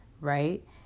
right